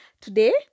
today